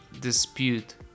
dispute